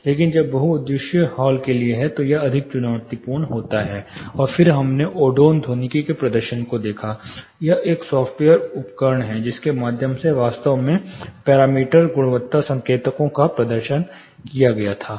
जबकि अगर यह बहुउद्देशीय हॉल के लिए है तो यह अधिक चुनौतीपूर्ण होताहै और फिर हमने ओडोन ध्वनिकी के प्रदर्शन को देखा यह एक सॉफ्टवेयर उपकरण है जिसके माध्यम से वास्तव में पैरामीटर गुणवत्ता संकेतकों का प्रदर्शन किया गया था